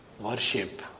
worship